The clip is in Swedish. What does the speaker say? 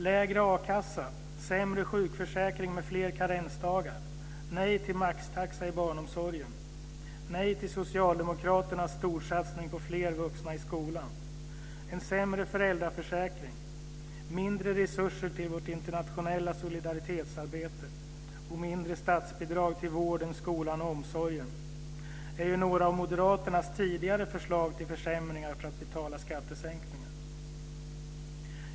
Lägre a-kassa, sämre sjukförsäkring med fler karensdagar, nej till maxtaxa i barnomsorgen, nej till socialdemokraternas storsatsning på fler vuxna i skolan, en sämre föräldraförsäkring, mindre resurser till vårt internationella solidaritetsarbete och mindre statsbidrag till vården, skolan och omsorgen är några av moderaternas tidigare förslag till försämringar för att betala skattesänkningar.